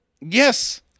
Yes